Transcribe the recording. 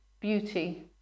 beauty